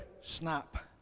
snap